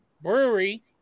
Brewery